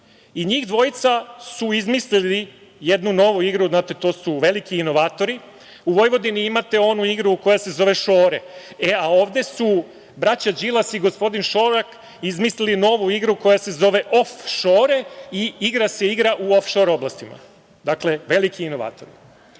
i njih dvojica su izmislili jednu novu igru, znate, to su veliki inovatori. U Vojvodini imate onu igru koja se zove šore, a ovde su braća Đilas i gospodin Šolak izmislili novu igru koja se zove ofšore i ona se igra u ofšor oblastima. Dakle, veliki inovatori. Kada